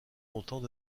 longtemps